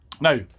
Now